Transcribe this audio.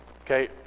Okay